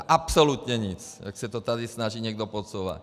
Absolutně nic, jak se to tady snaží někdo podsouvat.